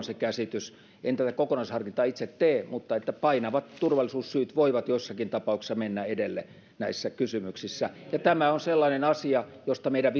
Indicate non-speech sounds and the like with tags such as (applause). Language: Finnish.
(unintelligible) se käsitys en tätä kokonaisharkintaa itse tee mutta että painavat turvallisuussyyt voivat joissakin tapauksissa mennä edelle näissä kysymyksissä ja tämä on sellainen asia josta meidän (unintelligible)